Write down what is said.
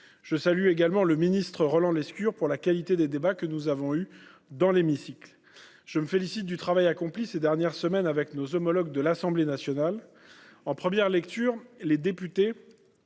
Je salue également le ministre Roland Lescure pour la qualité des débats que nous avons eus dans cet hémicycle. Je me félicite du travail accompli ces dernières semaines avec nos homologues de l’Assemblée nationale. En première lecture, les députés